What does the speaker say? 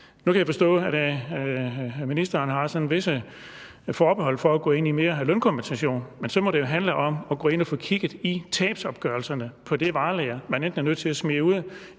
Nu kan jeg forstå, at ministeren sådan har visse forbehold for at gå ind i mere lønkompensation, men så må det jo handle om at gå ind og få kigget på tabsopgørelserne på det varelager, man enten er nødt til at smide ud